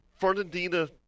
Fernandina